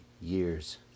years